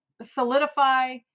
Solidify